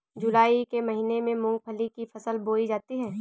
जूलाई के महीने में मूंगफली की फसल बोई जाती है